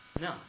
No